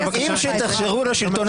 אל תנהלי שיח כזה.